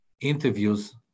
interviews